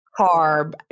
carb